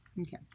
Okay